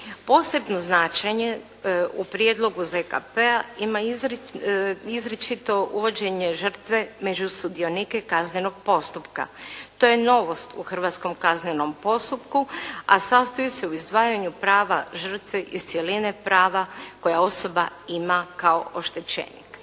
Posebno značenje u prijedlogu ZKP-a ima izričito uvođenje žrtve među sudionike kaznenog postupka. To je novost u hrvatskom kaznenom postupku a sastoji se u izdvajanju prava žrtve iz cjeline prava koja osoba ima kao oštećenik.